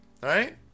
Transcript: right